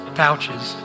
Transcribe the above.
pouches